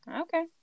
Okay